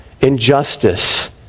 injustice